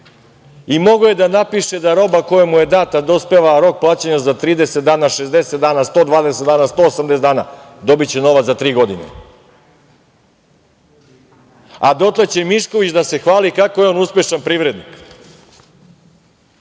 Mogao je da napiše da roba koja mu je data dospeva, a rok plaćanja za 30 dana, 60 dana, 120 dana, 180 dana, dobiće novac za tri godine. A dotle će Mišković da se hvali kako je on uspešan privrednik